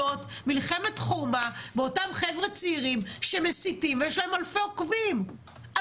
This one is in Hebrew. מלחמת חומה באותם חבר'ה צעירים שמסיתים ויש להם אלפי עוקבים,